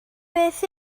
beth